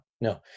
no